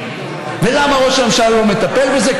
ולמה ראש הממשלה לא מטפל בזה?